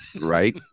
Right